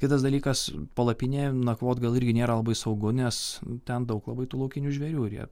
kitas dalykas palapinėje nakvoti gal irgi nėra labai saugu nes ten daug labai tų laukinių žvėrių ir jie